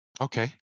Okay